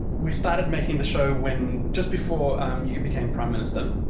we started making the show when, just before um you became prime minister.